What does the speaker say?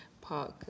park